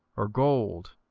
or gold,